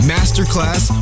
Masterclass